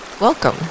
Welcome